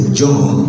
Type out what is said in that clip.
john